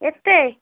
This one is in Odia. ଏତେ